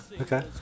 Okay